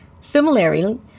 Similarly